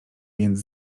więc